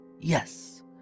Yes